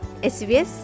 SBS